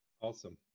Awesome